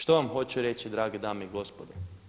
Što vam hoću reći drage dame i gospodo?